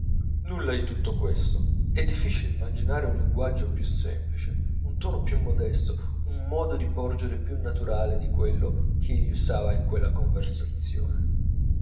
nulla di tutto questo è difficile immaginare un linguaggio più semplice un tuono più modesto un modo di porgere più naturale di quello ch'egli usava in quella conversazione